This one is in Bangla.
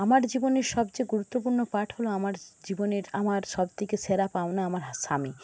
আমার জীবনে সবচেয়ে গুরুত্বপূর্ণ পাঠ হল আমার জীবনের আমার সবথেকে সেরা পাওনা আমার স্বামী